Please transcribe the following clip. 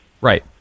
Right